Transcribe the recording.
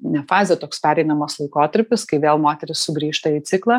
ne fazė toks pereinamas laikotarpis kai vėl moteris sugrįžta į ciklą